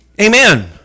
Amen